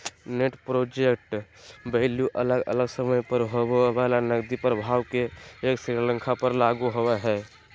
net present value अलग अलग समय पर होवय वला नकदी प्रवाह के एक श्रृंखला पर लागू होवय हई